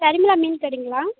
சர்மிளா மீன் கடைங்களா